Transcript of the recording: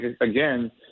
again